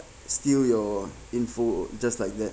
steal your info just like that